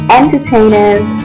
entertainers